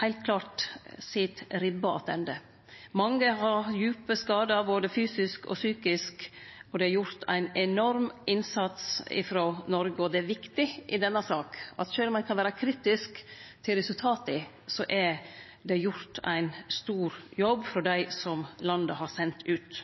heilt klart sit ribba attende. Mange har djupe skadar, både fysisk og psykisk, og det er gjort ein enorm innsats frå Noreg. Det er viktig i denne saka at sjølv om ein kan vere kritisk til resultata, er det gjort ein stor jobb av dei som landet har sendt ut.